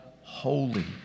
holy